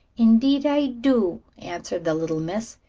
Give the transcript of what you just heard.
indeed i do, answered the little miss.